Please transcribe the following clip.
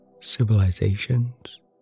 civilizations